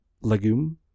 legume